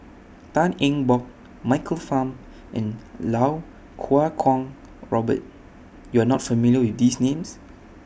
Tan Eng Bock Michael Fam and Lau Kuo Kwong Robert YOU Are not familiar with These Names